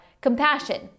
compassion